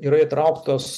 yra įtrauktos